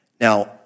Now